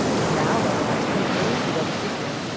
now thou art an o without a figure.